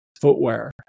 footwear